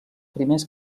primers